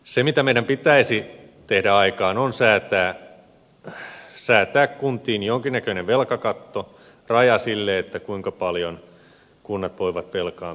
se mitä meidän pitäisi saada aikaan on säätää kuntiin jonkinnäköinen velkakatto raja sille kuinka paljon kunnat voivat velkaantua